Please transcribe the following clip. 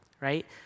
right